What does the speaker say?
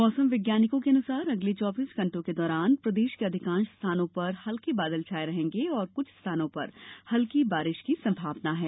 मौसम वैज्ञानिकों के अनुसार अगले चौबीस घंटों के दौरान प्रदेश के अधिकांश स्थानों पर हल्के बादल छाए रहेंगें और कुछ स्थानों पर हल्की बारिश की भी संभावना है